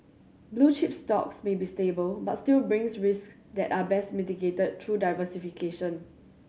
blue chip stocks may be stable but still brings risk that are best mitigated through diversification